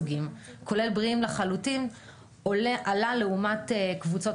חושבת שנכון כרגע לפתוח בבית החולים ועדיין לא הגיעו אלינו לשלבי אישור.